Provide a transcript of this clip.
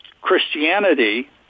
Christianity